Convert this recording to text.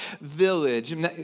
village